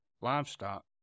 livestock